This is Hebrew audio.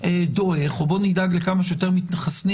או בואו נדאג לכמה שיותר מתחסנים